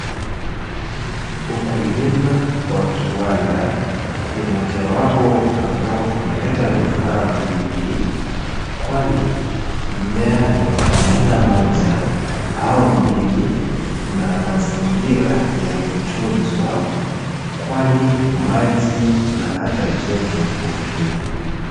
Ukulima wa kiwanda ni mojawapo ambao unaleta nufaa mingi, kwani mmea ni wa aina moja au mbili na mazingira yametunzwa kwani maji na hata joto hupimwa.